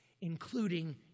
including